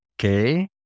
Okay